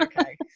okay